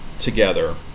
together